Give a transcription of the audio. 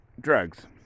drugs